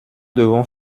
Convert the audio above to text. devons